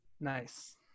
nice